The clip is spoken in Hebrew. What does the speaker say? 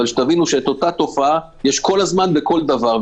אבל תבינו שאת אותה תופעה יש כל הזמן בכל דבר.